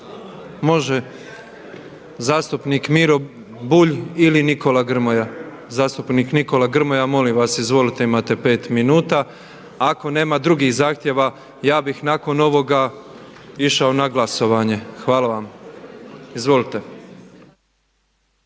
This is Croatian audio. Može? Zastupnik Miro Bulj ili Nikola Grmoja? Zastupnik Nikola Grmoja, molim vas izvolite. Imate pet minuta. Ako nema drugih zahtjeva ja bih nakon ovoga išao na glasovanje. Hvala vam. Izvolite.